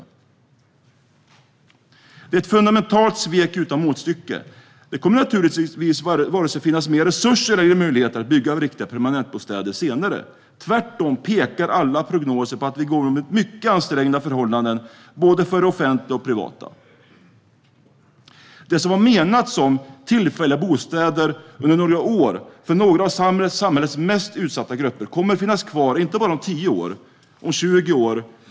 Det är ett fundamentalt svek utan motstycke. Det kommer naturligtvis att vare sig finnas mer resurser eller möjligheter att bygga riktiga permanentbostäder senare. Tvärtom pekar alla prognoser på att vi går mot mycket ansträngda förhållanden både för det offentliga och för det privata. Det som var menat som tillfälliga bostäder under några år för några av samhällets mest utsatta grupper kommer finnas kvar, inte bara om 10 år eller om 20 år.